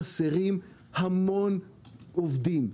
חסרים המון עובדים.